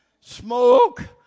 smoke